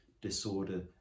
disorder